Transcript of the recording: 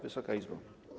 Wysoka Izbo!